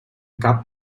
cap